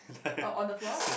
or on the floor